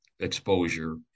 exposure